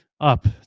up